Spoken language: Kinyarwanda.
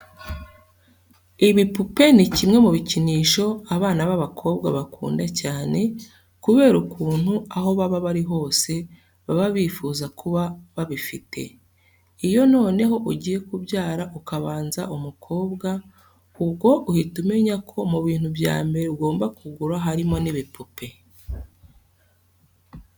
Ibipupe ni kimwe mu bikinisho abana b'abakobwa bakunda cyane kubera ukuntu aho baba bari hose baba bifuza kuba babifite. Iyo noneho ugiye kubyara ukabanza umukobwa, ubwo uhita umenya ko mu bintu bya mbere ugomba kugura harimo n'ibipupe.